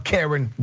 Karen